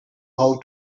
how